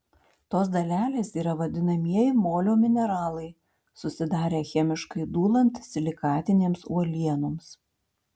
tos dalelės yra vadinamieji molio mineralai susidarę chemiškai dūlant silikatinėms uolienoms